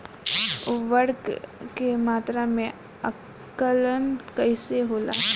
उर्वरक के मात्रा में आकलन कईसे होला?